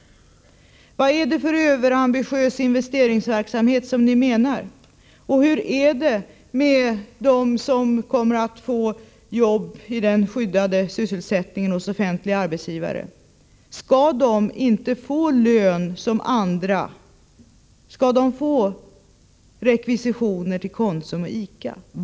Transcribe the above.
Vad är det för överambitiös investeringsverksamhet som ni talar om? Och hur är det med dem som kommer att få jobb i den skyddade sysselsättningen hos offentliga arbetsgivare? Skall de inte få lön som andra? Skall de få rekvisitioner till Konsum och ICA?